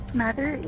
mother